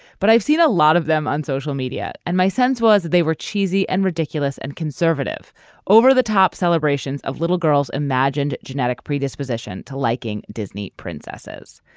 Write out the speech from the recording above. but i've seen a lot of them on social media and my sense was they were cheesy and ridiculous and conservative over-the-top celebrations of little girls imagined genetic predisposition to liking disney princesses.